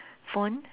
phone